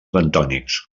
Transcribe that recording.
bentònics